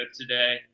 today